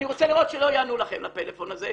אני רוצה לראות שלא יענו לכם בפלאפון הזה,